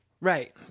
right